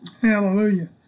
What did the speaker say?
Hallelujah